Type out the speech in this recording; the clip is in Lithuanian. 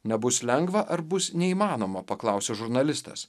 nebus lengva ar bus neįmanoma paklausė žurnalistas